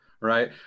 right